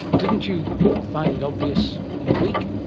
didn't you find it obvious in a week?